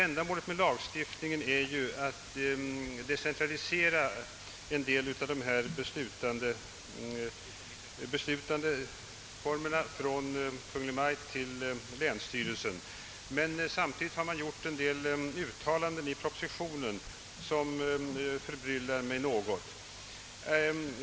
Ändamålet med denna lagstiftning är att decentralisera en del av beslutanderätten från Kungl. Maj:t till länsstyrelsen. Samtidigt har man gjort några uttalanden i propositionen som något förbryllar mig.